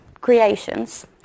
creations